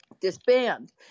disband